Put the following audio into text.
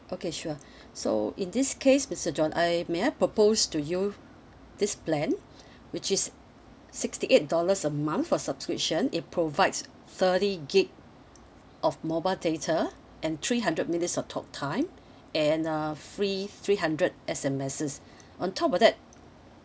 okay sure so in this case mister john I may I propose to you this plan which is sixty eight dollars a month for subscription it provides thirty gig of mobile data and three hundred minutes of talktime and uh free three hundred S_M_Ss on top of that